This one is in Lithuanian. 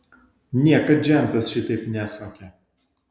niekad žentas šitaip nesuokė